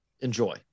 Enjoy